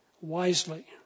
wisely